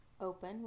open